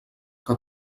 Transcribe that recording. que